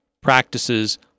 practices